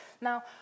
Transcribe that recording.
Now